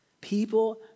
People